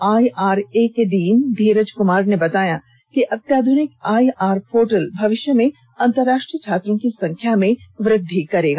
IRA के dean Dheeraj Kumar ने बताया कि अत्याधुनिक आईआर पोर्टल भविष्य में अंतरराष्ट्रीय छात्रों की संख्या में वृद्धि करेगा